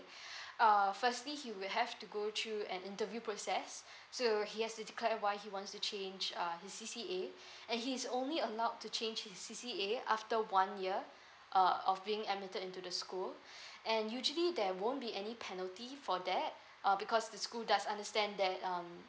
uh firstly he will have to go through an interview process so he has to declare why he wants to change uh his C_C_A and he is only allowed to change his C_C_A after one year uh of being admitted into the school and usually there won't be any penalty for that uh because the school does understand that um